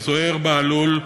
זוהיר בהלול,